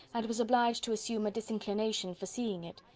and was obliged to assume a disinclination for seeing it.